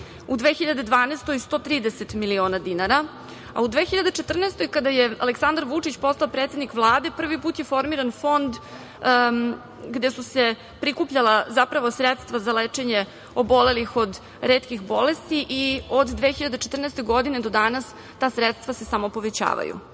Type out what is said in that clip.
u 2012. godini 130 miliona dinara, a u 2014. godini, kada je Aleksandar Vučić postao predsednik Vlade, prvi put je formiran fond gde su se prikupljala zapravo sredstva za lečenje obolelih od retkih bolesti i od 2014. godine do danas ta sredstva se samo povećavaju.